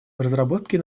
разработке